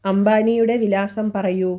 അംബാനിയുടെ വിലാസം പറയൂ